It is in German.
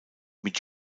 mit